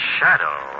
Shadow